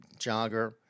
jogger